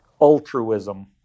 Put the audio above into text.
altruism